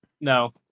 No